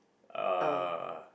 uh